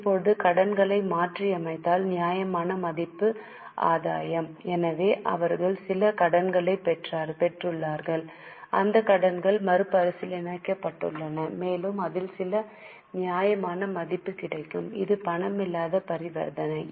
இப்போது கடன்களை மாற்றியமைப்பதில் நியாயமான மதிப்பு ஆதாயம் எனவே அவர்கள் சில கடன்களைப் பெற்றுள்ளனர் அந்தக் கடன்கள் மறுசீரமைக்கப்பட்டுள்ளன மேலும் அதில் சில நியாயமான மதிப்பு கிடைக்கும் இது பணமில்லாத பரிவர்த்தனை